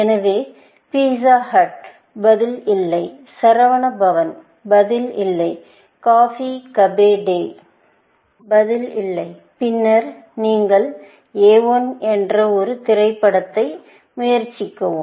எனவே Pizza Hut பதில் இல்லை சரவண பவன் பதில் இல்லை கஃபே காபி டே பதில் இல்லை பின்னர் நீங்கள் A I என்ற ஒரு திரைப்படத்தை முயற்சிக்கவும்